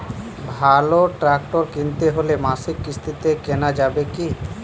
ভালো ট্রাক্টর কিনতে হলে মাসিক কিস্তিতে কেনা যাবে কি?